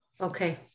okay